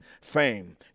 fame